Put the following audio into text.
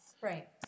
right